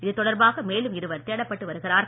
இது தொடர்பாக மேலும் இருவர் தேடப்பட்டு வருகிறார்கள்